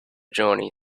journey